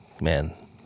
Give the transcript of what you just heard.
Man